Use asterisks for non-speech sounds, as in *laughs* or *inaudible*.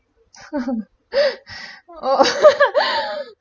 *laughs*